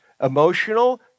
emotional